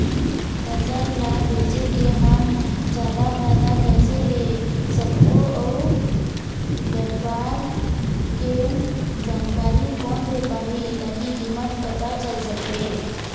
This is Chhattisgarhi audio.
फसल ला बेचे के हम जादा फायदा कैसे ले सकबो अउ व्यापार के जानकारी कोन दे पाही ताकि कीमत पता चल सके?